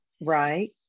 Right